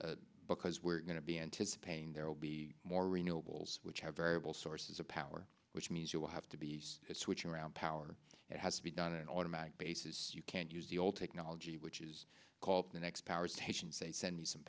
future because we're going to be anticipating there will be more renewables which have variable sources of power which means you will have to be switching around power it has to be done in an automatic bases you can use the old technology which is called the next power station say send me some